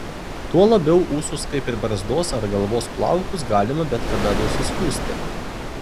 tuo labiau ūsus kaip ir barzdos ar galvos plaukus galima bet kada nusiskusti